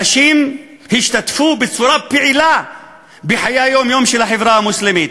הנשים השתתפו בצורה פעילה בחיי היום-יום של החברה המוסלמית.